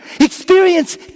experience